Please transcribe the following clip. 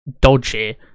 Dodgy